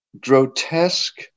grotesque